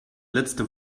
letzte